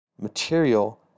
material